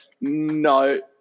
No